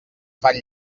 fan